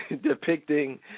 depicting